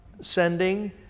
sending